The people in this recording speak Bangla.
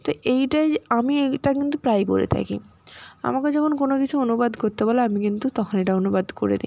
তো এইটাই আমি এইটা কিন্তু প্রায়েই করে থাকি আমাকে যখন কোনো কিছু অনুবাদ করতে বলে আমি কিন্তু তখন এটা অনুবাদ করে দিই